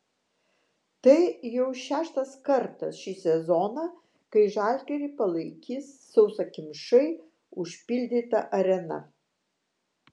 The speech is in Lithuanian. tai jau šeštas kartas šį sezoną kai žalgirį palaikys sausakimšai užpildyta arena